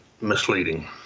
misleading